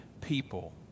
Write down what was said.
people